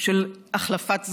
של החלפת זכיינים,